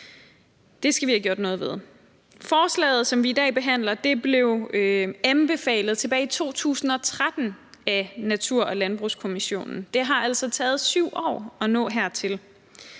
Det skal vi have gjort noget ved. Forslaget, som vi i dag behandler, blev anbefalet tilbage i 2013 af Natur- og Landbrugskommissionen. Det har altså taget 7 år at nå hertil.